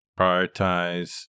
prioritize